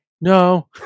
No